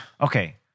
okay